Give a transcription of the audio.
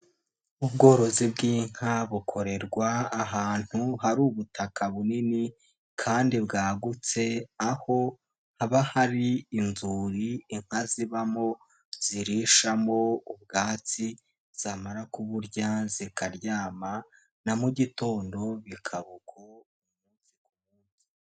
Ubworozi bw'inka bukorerwa ahantu hari ubutaka bunini kandi bwagutse, aho haba hari inzuri inka zibamo, zirishamo ubwatsi, zamara kuburya zikaryama na mu gitondo bikaba uko.